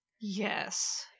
Yes